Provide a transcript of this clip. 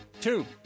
Two